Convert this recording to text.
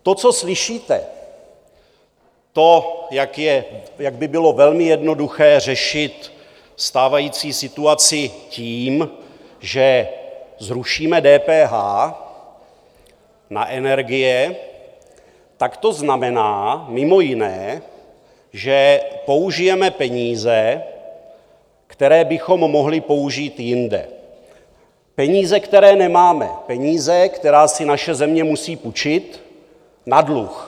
To, co slyšíte, to, jak by bylo velmi jednoduché řešit stávající situaci tím, že zrušíme DPH na energie, tak to znamená mimo jiné, že použijeme peníze, které bychom mohli použít jinde, peníze, které nemáme, peníze, které si naše země musí půjčit na dluh.